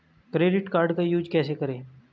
Credit card का use कैसे करें?